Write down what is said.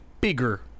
bigger